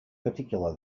particular